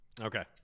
Okay